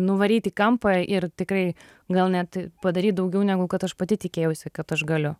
nuvaryt į kampą ir tikrai gal net padaryt daugiau negu kad aš pati tikėjausi kad aš galiu